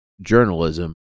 journalism